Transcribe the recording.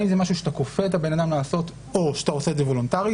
האם זה משהו שאתה כופה את הבן-אדם לעשות או שאתה עושה את זה וולונטרית?